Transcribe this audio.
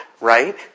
right